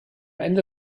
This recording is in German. ende